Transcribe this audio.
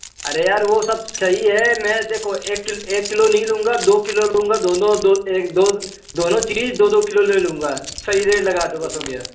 अरे यार वो सब सही है मैं देखो एक किलो एक किलो नहीं लूँगा दो किलो लूँगा दोनों दो एक दो दोनों चीज़ दो दो किलो ले लूँगा सही रेट लगा दो बस हो गया